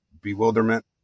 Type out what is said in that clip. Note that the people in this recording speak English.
bewilderment